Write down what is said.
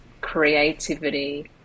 creativity